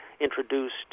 introduced